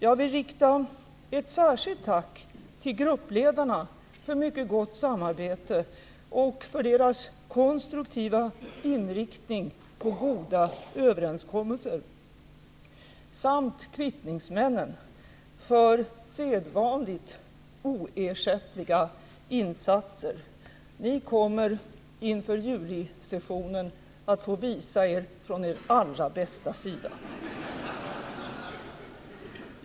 Jag vill rikta ett särskilt tack till gruppledarna för mycket gott samarbete och för deras konstruktiva inriktning på goda överenskommelser, samt kvittningsmännen för sedvanligt oersättliga insatser. Ni kommer inför julisessionen att få visa er från er allra bästa sida.